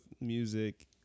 music